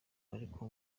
ariko